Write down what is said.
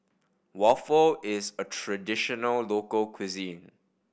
waffle is a traditional local cuisine